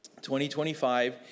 2025